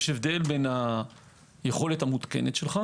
יש הבדל בין היכולת המעודכנת שלך